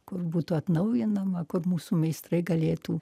kur būtų atnaujinama kur mūsų meistrai galėtų